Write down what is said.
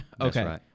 okay